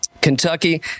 Kentucky